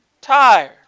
tired